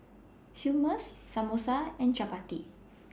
Hummus Samosa and Chapati